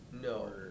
No